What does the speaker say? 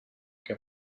que